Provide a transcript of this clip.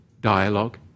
dialogue